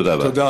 תודה רבה.